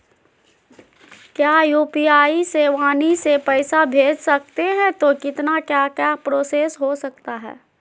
क्या यू.पी.आई से वाणी से पैसा भेज सकते हैं तो कितना क्या क्या प्रोसेस हो सकता है?